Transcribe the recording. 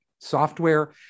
Software